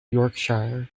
yorkshire